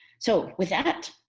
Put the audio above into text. so with that,